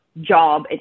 job